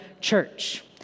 church